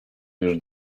już